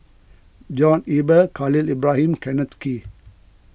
John Eber Khalil Ibrahim and Kenneth Kee